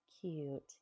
Cute